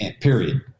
period